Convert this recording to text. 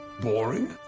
boring